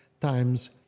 times